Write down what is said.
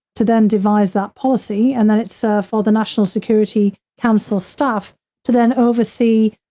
to then devise that policy, and then it's so for the national security council staff to then oversee,